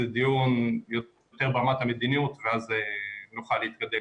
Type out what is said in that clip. זה דיון יותר ברמת המדיניות ואז נוכל להתקדם.